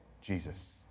Jesus